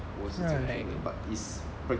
right